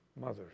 Mothers